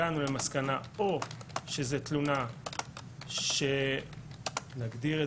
הגענו למסקנה או שזו תלונה שנגדיר את